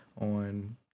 on